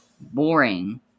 boring